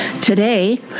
Today